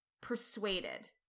persuaded